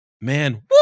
Man